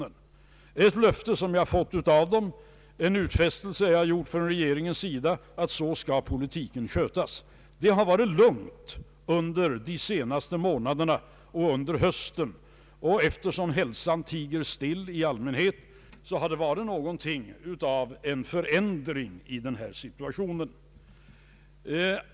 Det är ett löfte jag fått från affärsbankerna och en utfästelse jag gjort från regeringens sida att politiken skall skötas på detta sätt. Det har varit lugnt under de senaste månaderna, och eftersom hälsan i allmänhet tiger still, innebär detta en förändring av situationen.